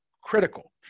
critical